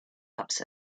ups